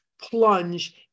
plunge